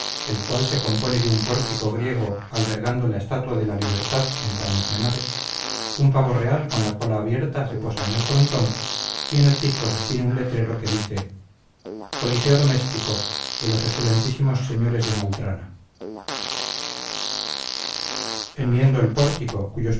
el cual se compone de un pórtico griego albergando la estatua de la libertad en paños menores un pavo real con la cola abierta se posa en el frontón y en el pico sostiene un letrero que dice coliseo doméstico de los excelentísimos señores de maltrana enmiendo el pórtico cuyos